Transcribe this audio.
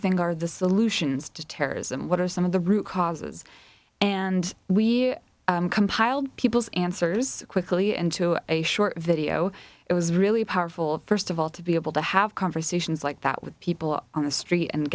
think are the solutions to terrorism what are some of the root causes and we compiled people's answers quickly into a short video it was really powerful first of all to be able to have conversations like that with people on the street and